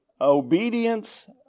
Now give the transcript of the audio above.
obedience